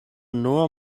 nur